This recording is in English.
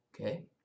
okay